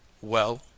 Well